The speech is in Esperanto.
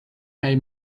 kaj